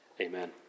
Amen